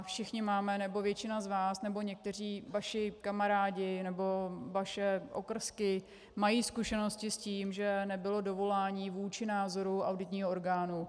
Všichni máme, nebo většina z vás, nebo někteří vaši kamarádi, nebo vaše okrsky mají zkušenosti s tím, že nebylo dovolání vůči názoru auditního orgánu.